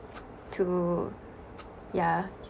to yeah